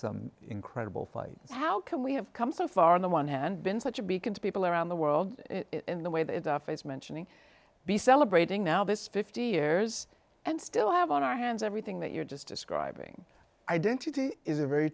some incredible fights how can we have come so far on the one hand been such a beacon to people around the world in the way that our face mentioning be celebrating now this fifty years and still have on our hands everything that you're just describing identity is a very